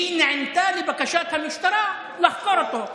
היא נענתה לבקשת המשטרה לחקור אותו.